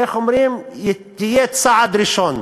איך אומרים, יהיה צעד ראשון.